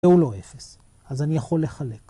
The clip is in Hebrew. והוא לא 0, אז אני יכול לחלק.